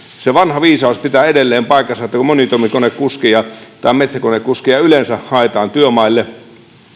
se vanha viisaus pitää edelleen paikkansa että kun monitoimikonekuskeja tai metsäkonekuskeja yleensä haetaan työmaille